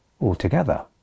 altogether